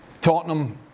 Tottenham